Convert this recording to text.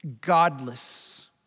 godless